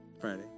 Friday